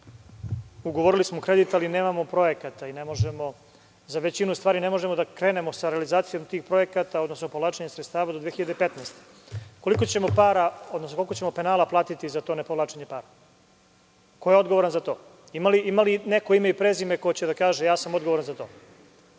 ugovorili smo kredit ali nemamo projekat, za većinu stvari ne možemo da krenemo sa realizacijom tih projekata odnosno povlačenje sredstava do 2015. godine. Koliko ćemo penala platiti za to nepovlačenje para? Ko je odgovoran za to? Ima li neko ime i prezime ko će da kaže – ja sam odgovaran za to.